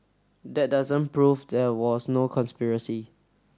that doesn't prove there was no conspiracy